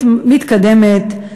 מתקדמת,